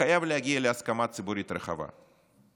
חייב להגיע להסכמה ציבורית רחבה.